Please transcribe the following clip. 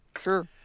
Sure